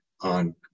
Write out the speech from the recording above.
on